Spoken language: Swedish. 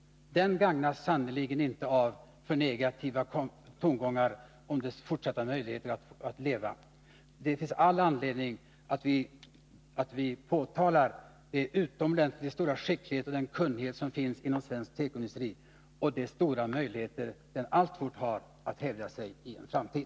Den gagnas sannerligen inte av alltför negativa tongångar om dess fortsatta möjligheter att leva. Det finns all anledning att vi framhåller den utomordentligt stora skicklighet och den kunnighet som finns inom svensk tekoindustri och de stora möjligheter den alltfort har att hävda sig i en framtid.